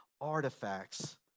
artifacts